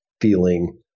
feeling